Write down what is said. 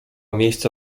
miejsca